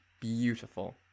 beautiful